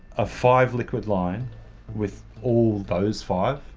a five liquid line with all those five,